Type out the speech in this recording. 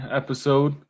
episode